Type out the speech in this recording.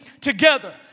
together